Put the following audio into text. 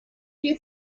you